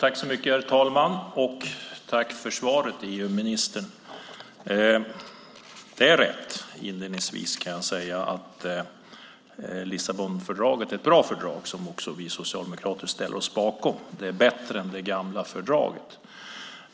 Herr talman! Tack för svaret EU-ministern. Inledningsvis kan jag säga att det är rätt att Lissabonfördraget är ett bra fördrag som också vi socialdemokrater ställer oss bakom. Det är bättre än det gamla fördraget.